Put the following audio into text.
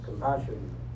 compassion